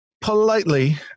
politely